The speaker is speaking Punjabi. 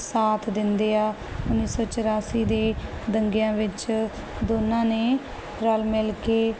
ਸਾਥ ਦਿੰਦੇ ਆ ਉੱਨੀ ਸੌ ਚੁਰਾਸੀ ਦੇ ਦੰਗਿਆਂ ਵਿੱਚ ਦੋਨਾਂ ਨੇ ਰਲ ਮਿਲ ਕੇ